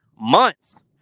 months